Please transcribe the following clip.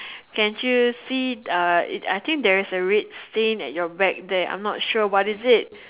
can you see uh I think there is a red stain at your back there I'm not sure what is it